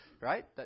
right